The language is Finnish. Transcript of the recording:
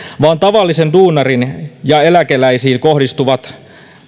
vaan tavalliseen duunariin ja eläkeläisiin kohdistuvat